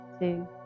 Two